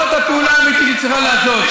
זאת הפעולה האמיתית שהיא צריכה לעשות.